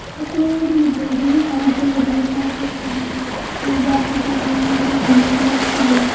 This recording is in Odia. ଶତ୍ରୁ ହେଉ କି ମିତ୍ର ହେଉ ତାକୁ ସାହାଯ୍ୟ କରିବେ ସହଯୋଗ କରିବେ ତେଣୁ ଯାହା ସହିତ ଆପଣଙ୍କର ମନ ମୋଟାବ୍ ଥିବ